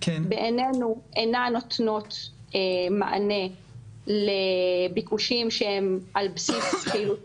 בעינינו אינן נותנות מענה לביקושים שהם על בסיס פעילות